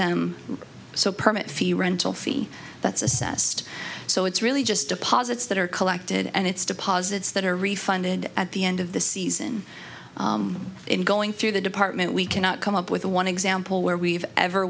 them so permit fee rental fee that's assessed so it's really just deposits that are collected and it's deposits that are refunded at the end of the season in going through the department we cannot come up with one example where we've ever